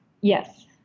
Yes